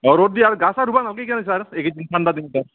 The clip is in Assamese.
অঁ ৰ'দ দিয়া আৰু গা চা ধুব নালাগে নেকি ছাৰ এইকেইদিন ঠাণ্ডা দিনকেইটাত